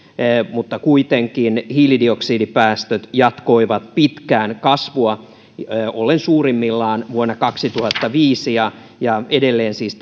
mutta kuitenkin hiilidioksidipäästöt jatkoivat pitkään kasvua ollen suurimmillaan vuonna kaksituhattaviisi ja ja edelleen siis